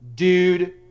Dude